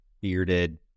bearded